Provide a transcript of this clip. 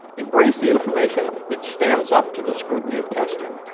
embrace the information that stands up to the scrutiny of testing,